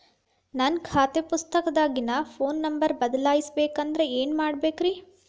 ನನ್ನ ಖಾತೆ ಪುಸ್ತಕದಾಗಿನ ಫೋನ್ ನಂಬರ್ ಬದಲಾಯಿಸ ಬೇಕಂದ್ರ ಏನ್ ಮಾಡ ಬೇಕ್ರಿ?